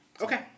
Okay